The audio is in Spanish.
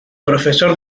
profesor